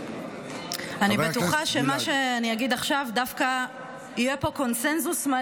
אני אשמח שעל מה שאני אגיד עכשיו יהיה קונסנזוס,